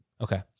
Okay